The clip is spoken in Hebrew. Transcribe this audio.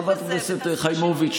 חברת הכנסת חיימוביץ',